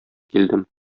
килдем